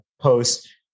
post